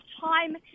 time